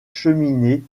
cheminées